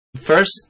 First